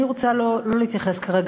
אני רוצה לא להתייחס כרגע,